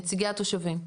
נציגי התושבים.